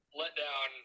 letdown